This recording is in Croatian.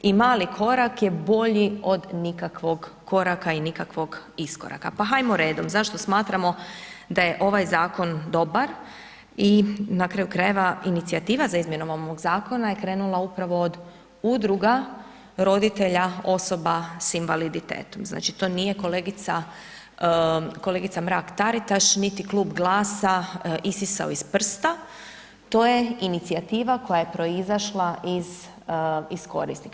I mali korak je bolji od nikakvog koraka i nikakvog iskoraka pa hajmo redom zašto smatramo da je ovaj zakon dobar i na kraju krajeva, inicijativa za izmjenom ovog zakona je krenula upravo od udruga roditelja osoba sa invaliditetom, znači to nije kolegica Mrak-Taritaš niti klub GLAS-a isisao iz prsta, to je inicijativa koja je proizašla iz korisnika.